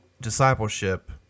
discipleship